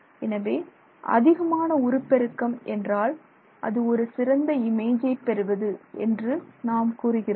எனவே அதிகமான உருப்பெருக்கம் என்றால் ஒரு சிறந்த இமேஜை பெறுவது என்று நாம் கூறுகிறோம்